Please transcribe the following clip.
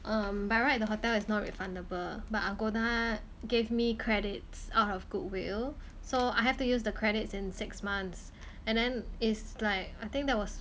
um by right the hotel is not refundable but Agoda gave me credits out of goodwill so I have to use the credits in six months and then is like that was